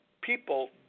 people